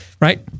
right